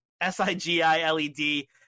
S-I-G-I-L-E-D